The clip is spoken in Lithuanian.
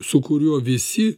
su kuriuo visi